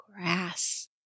grass